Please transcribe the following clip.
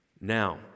Now